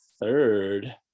third